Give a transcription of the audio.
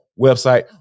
website